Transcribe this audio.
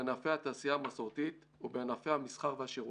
בענפי התעשייה המסורתית ובענפי המסחר והשירותים,